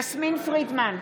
נגד יסמין פרידמן,